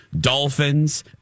dolphins